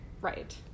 Right